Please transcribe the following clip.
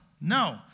No